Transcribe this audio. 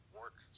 work